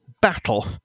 battle